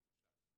למשל,